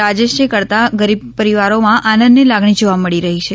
રાજેશે કરતાં ગરીબ પરિવારોમાં આનંદની લાગણી જોવા મળી રહી છે